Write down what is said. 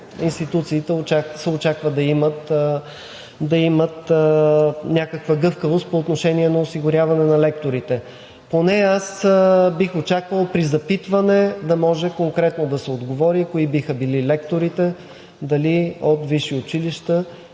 институциите се очаква да имат някаква гъвкавост по отношение на осигуряване на лекторите. Поне аз бих очаквал при запитване да може конкретно да се отговори кои биха били лекторите – дали от висши училища,